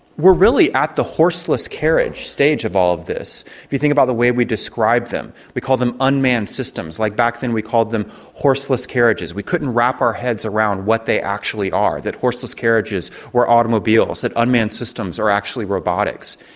we're really at the horseless carriage stage of all this. if you think about the way we describe them. we call them unmanned systems, like back then we called them horseless carriages. we couldn't wrap our heads around what they actually are. that horseless carriages were automobiles. that unmanned systems are actually robotics.